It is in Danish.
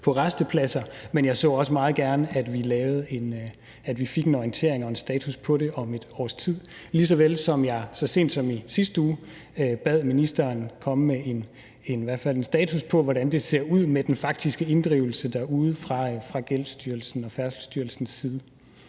på rastepladser. Men jeg så også meget gerne, at vi fik en orientering og en status på det om et års tid, lige så vel som jeg så sent som i sidste uge bad ministeren komme med en status på, hvordan det ser ud med den faktiske inddrivelse derude fra Gældsstyrelsens og Færdselsstyrelsens side.